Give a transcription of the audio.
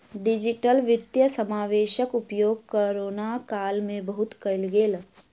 digital वित्तीय समावेशक उपयोग कोरोना काल में बहुत कयल गेल